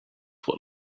what